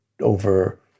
over